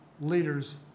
leaders